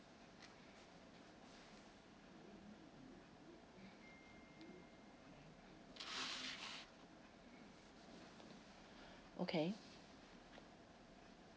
okay